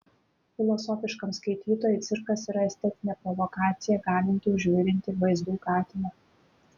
filosofiškam skaitytojui cirkas yra estetinė provokacija galinti užvirinti vaizdų katilą